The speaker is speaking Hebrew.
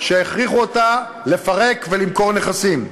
שהכריחו אותה לפרק ולמכור נכסים.